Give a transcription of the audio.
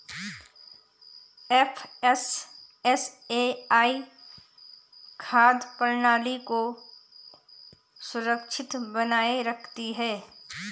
FSSAI खाद्य प्रणाली को सुरक्षित बनाए रखती है